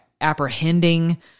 apprehending